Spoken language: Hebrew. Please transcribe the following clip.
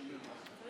אני אומר לך.